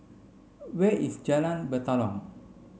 where is Jalan Batalong